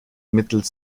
mittels